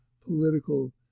political